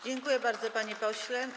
Dziękuję bardzo, panie pośle.